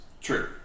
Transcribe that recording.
True